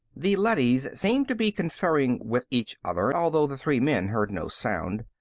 the leadys seemed to be conferring with each other, although the three men heard no sound.